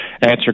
answer